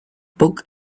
book